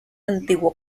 antiguo